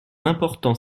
important